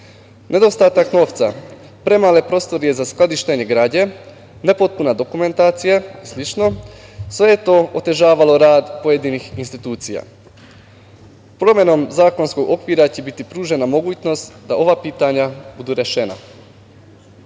Nedostatak novca, premale prostorije za skladištenje građe, nepotpuna dokumentacija i slično je otežavalo rad pojedinih institucija. Promenom zakonskog okvira će biti pružena mogućnost da ova pitanja budu rešena. Predlog